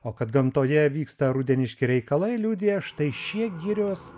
o kad gamtoje vyksta rudeniški reikalai liudija štai šie girios